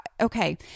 okay